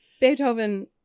Beethoven